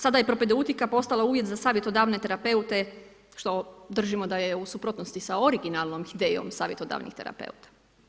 Sada je propedeutika postala uvjet za savjetodavne terapeute, što držimo da je u suprotnosti sa originalnom idejom savjetodavnih terapeuta.